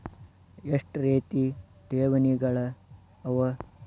ಎಷ್ಟ ರೇತಿ ಠೇವಣಿಗಳ ಅವ?